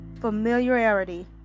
familiarity